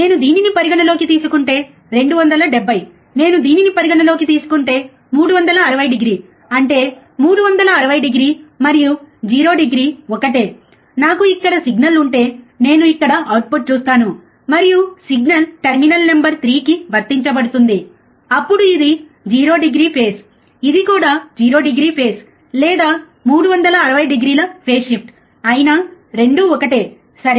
నేను దీనిని పరిగణనలోకి తీసుకుంటే 270 నేను దీనిని పరిగణనలోకి తీసుకుంటే 360డిగ్రీ అంటే 360డిగ్రీ మరియు 0డిగ్రీ ఒకటే నాకు ఇక్కడ సిగ్నల్ ఉంటే నేను ఇక్కడ అవుట్పుట్ చూస్తాను మరియు సిగ్నల్ టెర్మినల్ నంబర్ 3 కి వర్తించబడుతుంది అప్పుడు ఇది 0 డిగ్రీ ఫేస్ ఇది కూడా 0 డిగ్రీ ఫేస్ లేదా 360 డిగ్రీల ఫేస్ షిఫ్ట్ అయినా రెండూ ఒకటే సరే